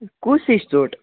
کُس ہِش ژوٚٹ